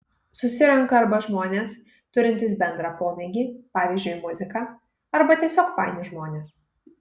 susirenka arba žmonės turintys bendrą pomėgį pavyzdžiui muziką arba tiesiog faini žmonės